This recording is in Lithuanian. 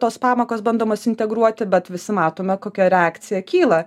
tos pamokos bandomos integruoti bet visi matome kokia reakcija kyla